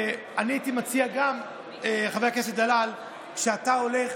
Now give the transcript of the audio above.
אני הייתי מציע, חבר הכנסת דלל, שכשאתה הולך